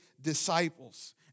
disciples